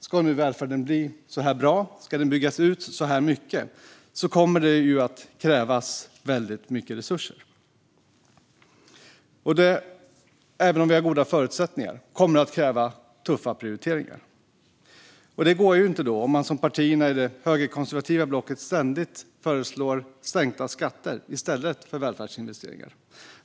Ska nu välfärden bli så här bra och byggas ut så här mycket kommer det att krävas väldigt mycket resurser. Även om vi har goda förutsättningar kommer det att krävas tuffa prioriteringar. Då går det inte att göra som partierna i det högerkonservativa blocket som ständigt föreslår sänkta skatter i stället för välfärdsinvesteringar.